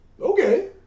Okay